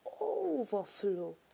overflow